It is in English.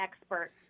expert